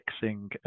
fixing